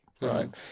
right